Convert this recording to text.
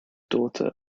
daughter